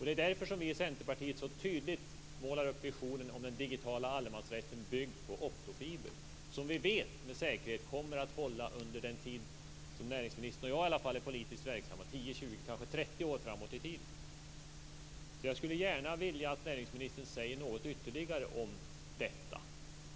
Det är därför vi i Centerpartiet så tydligt målar upp visionen om en digital allemansrätt byggd på optofiber, som vi med säkerhet vet kommer att hålla åtminstone under den tid som näringsministern och jag är politiskt verksamma - 10, 20, kanske 30 år framåt i tiden. Jag skulle gärna vilja att näringsministern sade något ytterligare om detta.